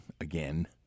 again